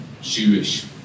Jewish